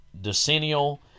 decennial